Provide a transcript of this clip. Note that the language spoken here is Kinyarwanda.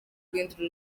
guhindura